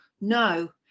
No